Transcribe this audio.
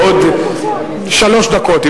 בעוד שלוש דקות,